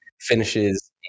finishes